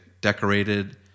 decorated